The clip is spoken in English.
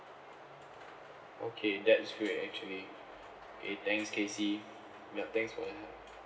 okay that's great actually okay thanks kacey yup thanks for your help